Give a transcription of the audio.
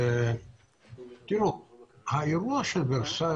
אירוע ורסאי